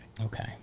Okay